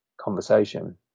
conversation